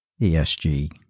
ESG